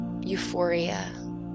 euphoria